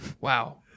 wow